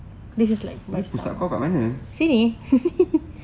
habis pusat kau kat mana